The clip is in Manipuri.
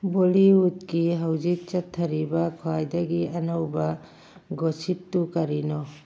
ꯕꯣꯜꯂꯤꯋꯨꯗꯀꯤ ꯍꯧꯖꯤꯛ ꯆꯠꯊꯔꯤꯕ ꯈ꯭ꯋꯥꯏꯗꯒꯤ ꯑꯅꯧꯕ ꯒꯣꯁꯤꯞꯇꯨ ꯀꯔꯤꯅꯣ